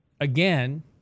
again